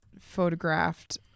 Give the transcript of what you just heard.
photographed